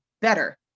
better